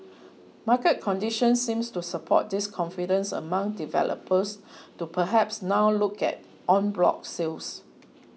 market conditions seems to support this confidence among developers to perhaps now look at en bloc sales